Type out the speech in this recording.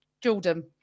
Jordan